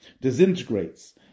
disintegrates